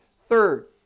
Third